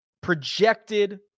projected